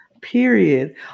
Period